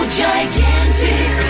gigantic